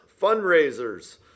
fundraisers